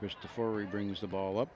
christopher reeve brings the ball up